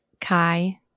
Kai